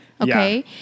Okay